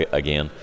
again